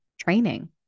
training